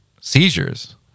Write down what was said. seizures